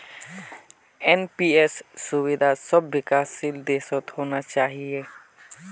NPS सुविधा सब विकासशील देशत होना चाहिए